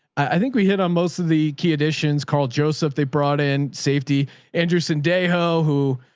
i think we hit on most of the key additions, carl joseph, they brought in safety anderson de hoe, who,